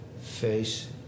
face